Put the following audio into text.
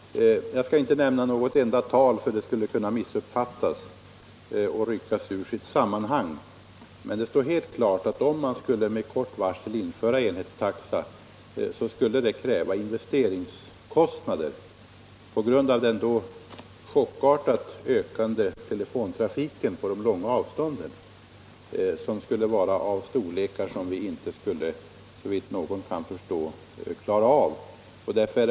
Jag skall inte nämna något enda tal, för det skulle kunna missuppfattas och ryckas ur sitt sammanhang, men det står helt klart att om vi med kort varsel skulle införa enhetstaxa, skulle det på grund av den då chockartat ökande telefontrafiken på de långa avstånden kräva investeringar till kostnader av en storlek som vi, såvitt jag kan förstå, inte skulle kunna klara av.